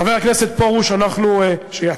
חבר הכנסת פרוש, שיצא,